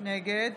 נגד